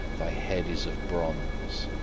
thy head is of bronze.